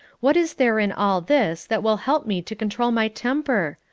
what is there in all this that will help me to control my temper?